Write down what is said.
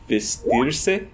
vestirse